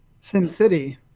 SimCity